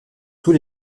tous